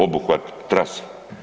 Obuhvat trase.